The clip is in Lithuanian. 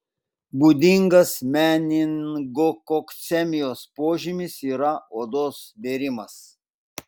būdingas meningokokcemijos požymis yra odos bėrimas